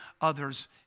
others